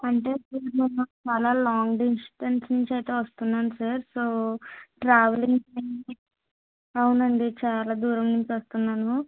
అంటే కొంచెం చాలా లాంగ్ డిస్టెన్స్ నుంచి అయితే వస్తున్నాను సార్ సో ట్రావెలింగ్ అవునండి చాలా దూరం నుంచి వస్తున్నాను